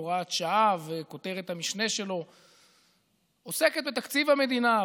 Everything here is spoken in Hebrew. הוראת שעה)" וכותרת המשנה שלו עוסקת בתקציב המדינה,